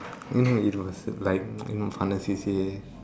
you know it was like C_C_A